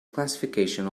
classification